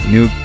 New